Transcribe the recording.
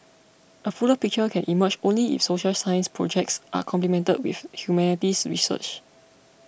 a fuller picture can emerge only if social science projects are complemented with humanities research